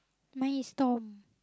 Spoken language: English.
many storm